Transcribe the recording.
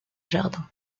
jardin